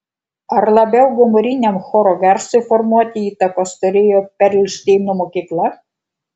ar labiau gomuriniam choro garsui formuoti įtakos turėjo perelšteino mokykla